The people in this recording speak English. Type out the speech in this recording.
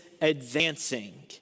advancing